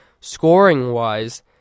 scoring-wise